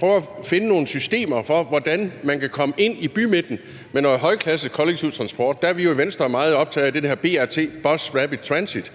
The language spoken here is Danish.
prøve at finde nogle systemer for, hvordan man kan komme ind i bymidten med noget højklasset kollektiv transport. Der er vi jo i Venstre meget optaget af det, der hedder BRT – bus rapid transit